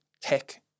tech